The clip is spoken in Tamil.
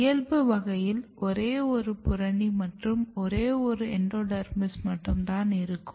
இயல்பு வகையில் ஒரே ஒரு புறணி மற்றும் ஒரே ஒரு எண்டோடெர்மிஸ் மட்டும் தான் இருக்கும்